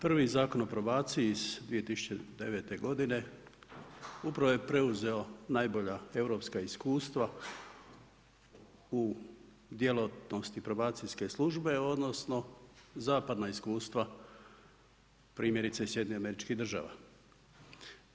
Prvi Zakon o probaciji iz 2009. godine upravo je preuzeo najbolja europska iskustva u djelatnosti probacijske službe, odnosno zapadna iskustva, primjerice iz SAD-a.